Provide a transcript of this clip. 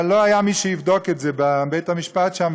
אבל לא היה מי שיבדוק את זה בבית-המשפט שם,